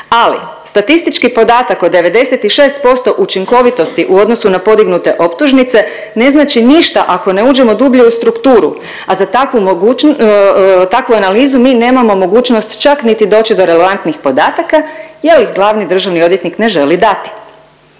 ali statistički podatak od 96% učinkovitosti u odnosu na podignute optužnice ne znači ništa ako ne uđemo dublje u strukturu, a za takvu moguć… takvu analizu mi nemamo mogućnost čak niti doći do relevantnih podataka jer ih glavni državni odvjetnik ne želi dati.